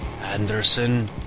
Anderson